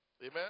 Amen